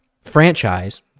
franchise